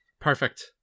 Perfect